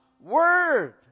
Word